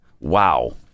Wow